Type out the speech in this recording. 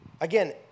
Again